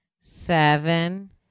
seven